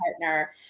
partner